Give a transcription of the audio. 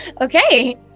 Okay